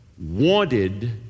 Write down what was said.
wanted